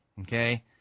okay